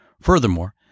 Furthermore